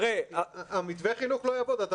מתווה החינוך לא יעבוד.